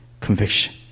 conviction